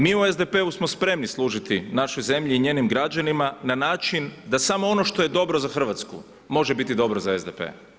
Mi u SDP-u smo spremni služiti našoj zemlji i njenim građanima na način da samo ono što je dobro za Hrvatsku može biti dobro za SDP.